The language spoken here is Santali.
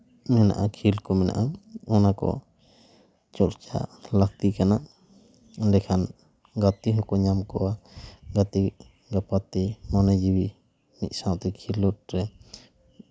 ᱢᱮᱱᱟᱜᱼᱟ ᱠᱷᱮᱞ ᱠᱚ ᱢᱮᱱᱟᱜᱼᱟ ᱚᱱᱟ ᱠᱚ ᱪᱚᱨᱪᱟ ᱞᱟᱹᱠᱛᱤ ᱠᱟᱱᱟ ᱮᱸᱰᱮ ᱠᱷᱟᱱ ᱜᱟᱛᱮ ᱦᱚᱸᱠᱚ ᱧᱟᱢ ᱠᱚᱣᱟ ᱜᱟᱛᱮ ᱜᱟᱯᱟᱛᱮ ᱢᱚᱱᱮ ᱡᱤᱣᱤ ᱢᱤᱫ ᱥᱟᱶᱛᱮ ᱠᱷᱮᱞᱳᱰ ᱨᱮ